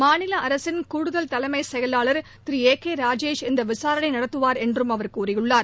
மாநில அரசின் கூடுதல் தலைமைச் செயலாளர் திரு ஏ கே ராகேஷ் இந்த விசாரணை நடத்துவார் என்றும் அவர் கூறியுள்ளார்